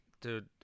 Dude